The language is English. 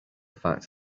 fact